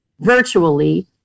virtually